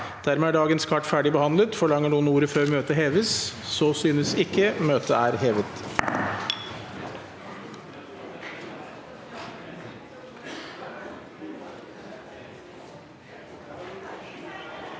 Dermed er dagens kart fer- dig behandlet. Forlanger noen ordet før møtet heves? – Møtet er hevet.